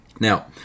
Now